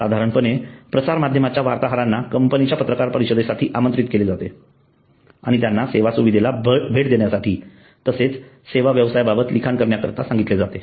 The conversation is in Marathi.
साधारणपणे प्रसार माध्यमांच्या वार्ताहरांना कंपनीच्या पत्रकार परिषदेसाठी आमंत्रित केले जाते आणि त्यांना सेवा सुविधेला भेट देण्यासाठी तसेच सेवा व्यवसायाबाबत लिखाण करण्याकरिता सांगितले जाते